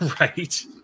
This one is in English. Right